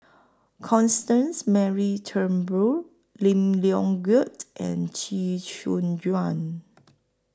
Constance Mary Turnbull Lim Leong Geok and Chee Soon Juan